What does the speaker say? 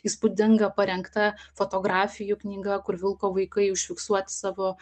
įspūdinga parengta fotografijų knyga kur vilko vaikai užfiksuoti savo